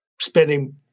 spending